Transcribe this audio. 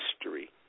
History